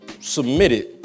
submitted